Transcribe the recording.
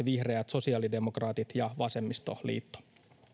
vihreät sosiaalidemokraatit ja vasemmistoliitto